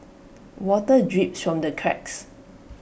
water drips from the cracks